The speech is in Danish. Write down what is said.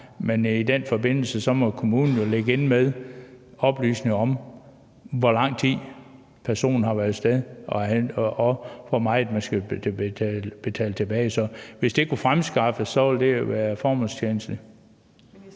Men i den forbindelse må kommunen jo ligge inde med oplysninger om, hvor lang tid personen har været af sted, og hvor meget vedkommende skal betale tilbage. Så hvis det kunne fremskaffes, ville det være formålstjenligt.